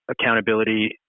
accountability